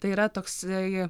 tai yra toksai